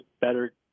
better